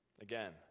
Again